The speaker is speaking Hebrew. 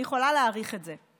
אני יכולה להעריך את זה.